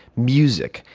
music,